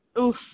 Oof